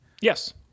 Yes